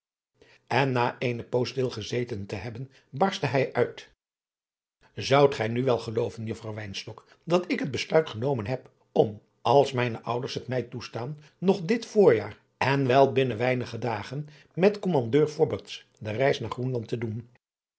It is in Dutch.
en na eene poos stil gezeten te hebben barstte hij uit zoudt gij nu wel gelooven juffrouw wynstok dat ik het besluit genomen heb om als mijne ouders het mij toestaan nog dit voorjaar en wel binnen weinige dagen met kommandeur fobberts de reis naar groenland te doen